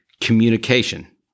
Communication